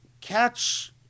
catch